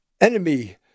enemy